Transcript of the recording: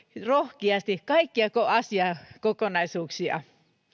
rohkeasti kaikkia asiakokonaisuuksia